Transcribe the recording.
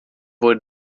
wohl